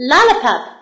Lollipop